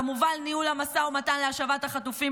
כמובן ניהול המשא ומתן להשבת החטופים,